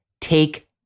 Take